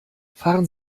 fahren